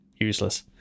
useless